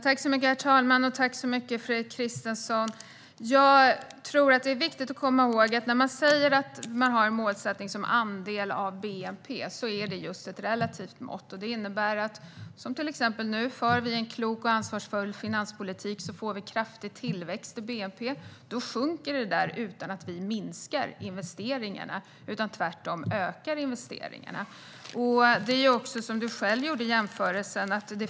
Herr talman! Jag tror att det är viktigt att komma ihåg att en målsättning som formuleras som andel av bnp är ett relativt mått. Vi får en kraftig tillväxt i bnp om vi, som nu, för en klok och ansvarsfull finanspolitik. Då minskar andelen, trots att vi inte minskar investeringarna utan tvärtom ökar dem. Fredrik Christensson gjorde själv jämförelsen med andra länder.